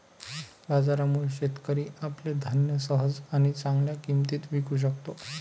बाजारामुळे, शेतकरी आपले धान्य सहज आणि चांगल्या किंमतीत विकू शकतो